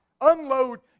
unload